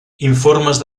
informes